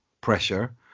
pressure